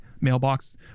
mailbox